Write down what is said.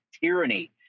tyranny